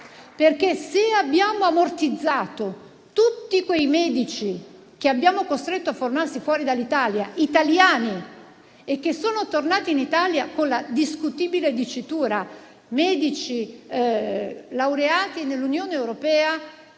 perché, se abbiamo ammortizzato tutti quei medici italiani che abbiamo costretto a formarsi fuori dall'Italia e sono tornati in Italia con la discutibile dicitura di medici laureati nell'Unione europea,